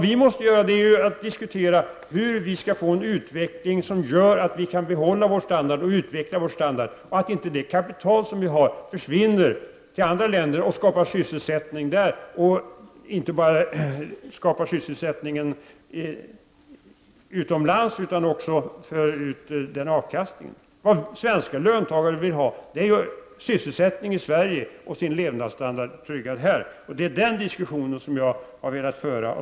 Vi måste diskutera hur vi skall kunna få en utveckling som möjliggör att vi kan förbättra vår standard och att inte vårt kapital försvinner till andra länder och skapar sysselsättning där, samtidigt som också avkastningen hamnar utomlands. Svenska löntagare vill ju ha sysselsättning och tryggad levnadsstandard här i Sverige. Det är en diskussion om detta som jag har velat föra.